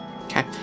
Okay